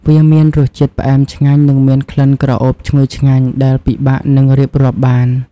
វាមានរសជាតិផ្អែមឆ្ងាញ់និងមានក្លិនក្រអូបឈ្ងុយឆ្ងាញ់ដែលពិបាកនឹងរៀបរាប់បាន។